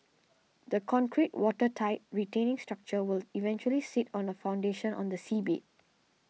the concrete watertight retaining structure will eventually sit on a foundation on the seabed